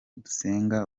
dusenga